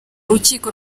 urukiko